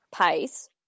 pace